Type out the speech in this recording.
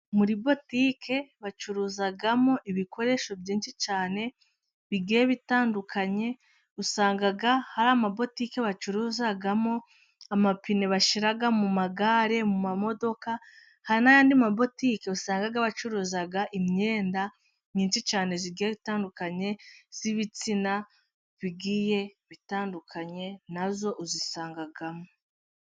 Muri butike bacuruzamo ibikoresho byinshi cyane bigiye bitandukanye, usanga hari amabutiki bacuruzamo amapine bashira mu magare, mu mamodoka, hari n'ay'andi mabutike usanga bacuruza imyenda myinshi cyane igenda itandukanye y'ibitsina bigiye bitandukanye, na yo uyisangamo.